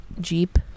Jeep